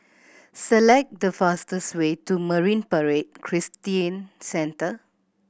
select the fastest way to Marine Parade Christian Centre